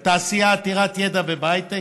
בתעשייה עתירת ידע ובהייטק.